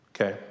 Okay